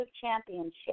championship